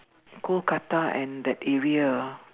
Kolkata and that area ah